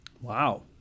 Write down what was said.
Wow